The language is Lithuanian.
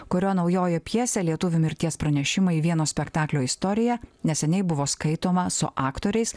kurio naujoji pjesė lietuvių mirties pranešimai vieno spektaklio istorija neseniai buvo skaitoma su aktoriais